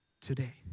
Today